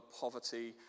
poverty